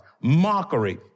Mockery